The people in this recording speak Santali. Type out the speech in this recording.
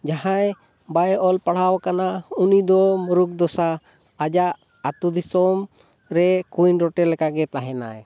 ᱡᱟᱦᱟᱸᱭ ᱵᱟᱭ ᱚᱞ ᱯᱟᱲᱦᱟᱣ ᱟᱠᱟᱱᱟ ᱩᱱᱤ ᱫᱚ ᱢᱩᱨᱩᱠᱷ ᱫᱚᱥᱟ ᱟᱭᱟᱜ ᱟᱛᱳ ᱫᱤᱥᱚᱢ ᱨᱮ ᱠᱩᱧ ᱨᱚᱴᱮ ᱞᱮᱠᱟ ᱜᱮ ᱛᱟᱦᱮᱱᱟᱭ